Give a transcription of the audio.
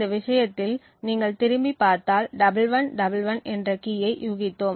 இந்த விஷயத்தில் நீங்கள் திரும்பிப் பார்த்தால் 1111 என்று கீயை யூகித்தோம்